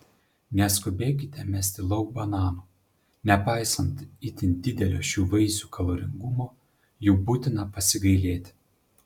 neskubėkite mesti lauk bananų nepaisant itin didelio šių vaisių kaloringumo jų būtina pasigailėti